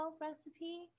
recipe